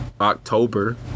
October